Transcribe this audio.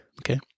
Okay